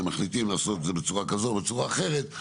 אם מחליטים לעשות את זה בצורה כזו או בצורה אחרת,